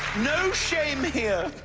no shame here,